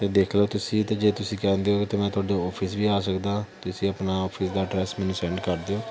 ਅਤੇ ਦੇਖ ਲਓ ਤੁਸੀਂ ਅਤੇ ਜੇ ਤੁਸੀਂ ਕਹਿੰਦੇ ਹੋ ਅਤੇ ਮੈਂ ਤੁਹਾਡੇ ਔਫਿਸ ਵੀ ਆ ਸਕਦਾ ਤੁਸੀਂ ਆਪਣਾ ਆਫਿਸ ਦਾ ਐਡਰੈਸ ਮੈਨੂੰ ਸੈਂਡ ਕਰ ਦਿਓ